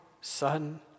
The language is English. Son